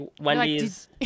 Wendy's